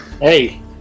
Hey